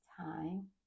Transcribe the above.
time